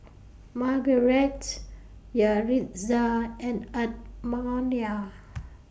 Margarett Yaritza and Edmonia